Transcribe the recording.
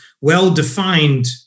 well-defined